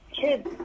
kids